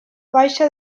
baixa